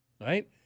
right